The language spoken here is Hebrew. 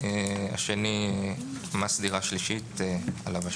והשני הוא מס דירה שלישית עליו השלום.